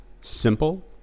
simple